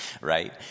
right